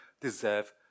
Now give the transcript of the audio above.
deserve